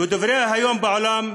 ודובריה היום בעולם,